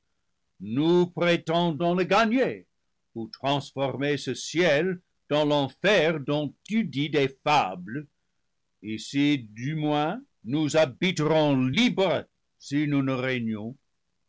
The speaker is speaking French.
nous prétendons le gagner ou transformer ce ciel dans l'enfer dont tu dis des fables ici du moins nous habiterons libres si nous ne régnons